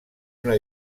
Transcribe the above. una